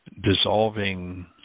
dissolving